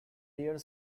dear